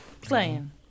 Playing